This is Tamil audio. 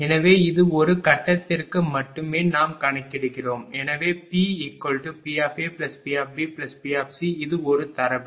எனவே இது ஒரு கட்டத்திற்கு மட்டுமே நாம் கணக்கிடுகிறோம் எனவே PPAPBPC இது ஒரு தரவு